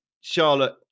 Charlotte